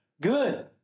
Good